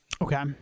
Okay